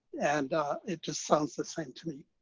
and it just sounds the same to me.